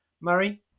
Murray